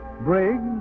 Briggs